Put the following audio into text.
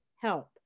help